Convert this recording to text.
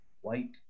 White